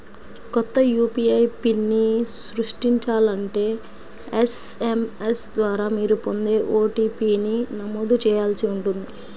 కొత్త యూ.పీ.ఐ పిన్ని సృష్టించాలంటే ఎస్.ఎం.ఎస్ ద్వారా మీరు పొందే ఓ.టీ.పీ ని నమోదు చేయాల్సి ఉంటుంది